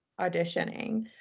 auditioning